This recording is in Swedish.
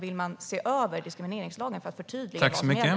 Vill man se över diskrimineringslagen för att förtydliga vad som gäller?